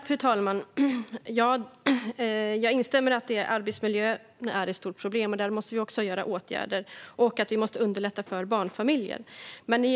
Fru talman! Jag instämmer i att arbetsmiljön är ett stort problem där åtgärder måste vidtas och att vi måste underlätta för barnfamiljer.